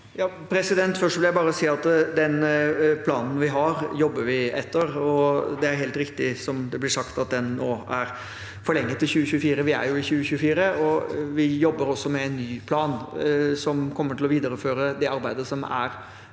Først vil jeg bare si at den planen vi har, jobber vi etter. Det er helt riktig, som det blir sagt, at den nå er forlenget til 2024, vi er jo i 2024. Vi jobber også med en ny plan som kommer til å videreføre det arbeidet som er